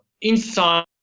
inside